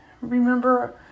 remember